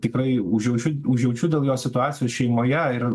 tikrai užjaučiu užjaučiu dėl jo situacijos šeimoje ir